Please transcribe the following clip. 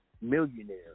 millionaire